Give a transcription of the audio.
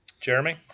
Jeremy